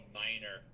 minor